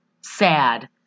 sad